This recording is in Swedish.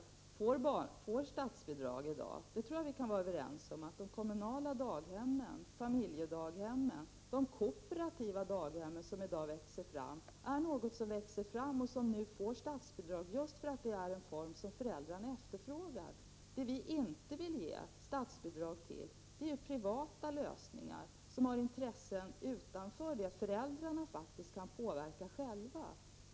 Herr talman! Hur kommer det sig att det inte ges statsbidrag till det som föräldrar och barn efterfrågar?